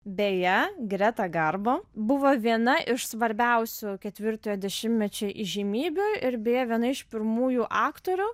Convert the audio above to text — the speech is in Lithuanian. beje greta garbo buvo viena iš svarbiausių ketvirtojo dešimtmečio įžymybių ir beje viena iš pirmųjų aktorių